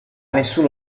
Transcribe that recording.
nessuno